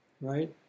right